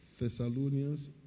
Thessalonians